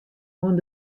oan